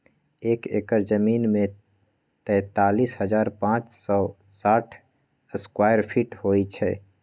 एक एकड़ जमीन में तैंतालीस हजार पांच सौ साठ स्क्वायर फीट होई छई